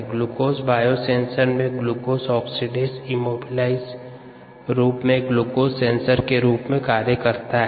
glucose biosensor में glucose oxidase immobilised रूप में ग्लूकोज सेंसर के रूप कार्य करता है